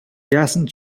яасан